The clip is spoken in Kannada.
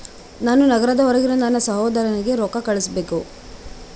ನಾನು ನಗರದ ಹೊರಗಿರೋ ನನ್ನ ಸಹೋದರನಿಗೆ ರೊಕ್ಕ ಕಳುಹಿಸಬೇಕು